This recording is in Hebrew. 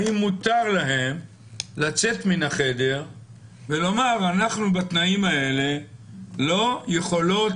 האם מותר להם לצאת מן החדר ולומר: אנחנו בתנאים האלה לא יכולות,